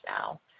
now